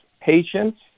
patients